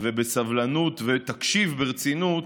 ובסבלנות ותקשיב ברצינות